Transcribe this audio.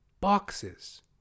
Boxes